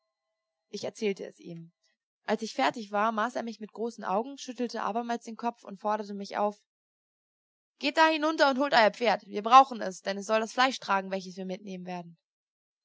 ich erzählte es ihm als ich fertig war maß er mich mit großen augen schüttelte abermals den kopf und forderte mich auf geht da hinunter und holt euer pferd wir brauchen es denn es soll das fleisch tragen welches wir mitnehmen werden